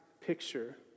picture